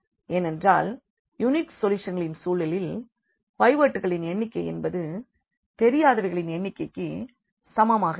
ஏனென்றால் யூனிக் சொல்யூஷன்களின் சூழலில் பைவோட்களின் எண்ணிக்கை என்பது தெரியாதவைகளின் எண்ணிக்கைக்கு சமமாக இருக்கும்